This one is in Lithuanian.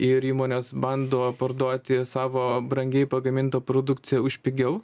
ir įmonės bando parduoti savo brangiai pagamintą produkciją už pigiau